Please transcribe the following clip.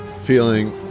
Feeling